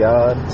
God